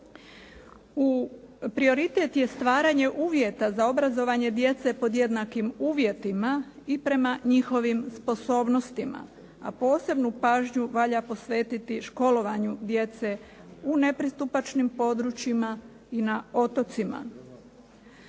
Prioritet je stvaranje uvjeta za obrazovanje djece pod jednakim uvjetima i prema njihovim sposobnostima, a posebnu pažnju valja posvetiti školovanju djece u nepristupačnim područjima i na otocima.